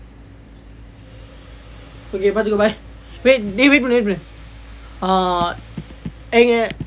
okay பார்த்துக்கோ:paartthukko bye wait dey wait wait பண்ணு:pannu wait பண்ணு:pannu ah எங்க:enga